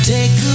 Take